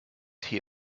tee